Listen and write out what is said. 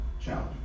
challenge